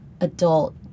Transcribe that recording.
adult